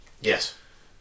yes